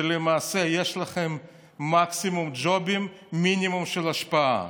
ולמעשה יש לכם מקסימום ג'ובים, מינימום של השפעה.